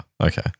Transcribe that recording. Okay